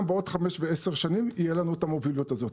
בעוד חמש ועשר שנים יהיה לנו את המובילות הזו,